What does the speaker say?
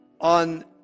on